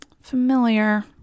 Familiar